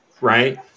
right